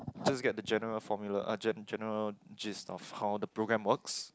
just get the general formula uh gen general gist of how the programme works